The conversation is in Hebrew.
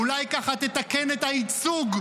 אולי ככה תתקן את הייצוג,